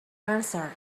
answered